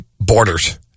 borders